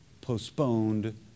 postponed